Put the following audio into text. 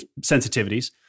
sensitivities